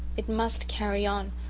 it must carry on,